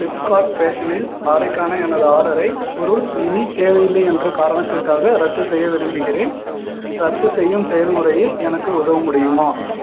Flipkart ஃபேஷனில் ஆடைக்கான எனது ஆடரை பொருள் இனித் தேவை இல்லை என்ற காரணத்திற்காக ரத்து செய்ய விரும்புகிறேன் ரத்து செய்யும் செயல் முறையில் எனக்கு உதவ முடியுமா